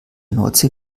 nordsee